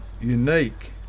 unique